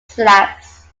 slabs